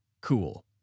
cool